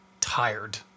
tired